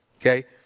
okay